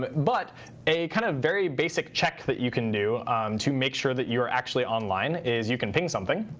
but a kind of very basic check that you can do to make sure that you're actually online is you can ping something.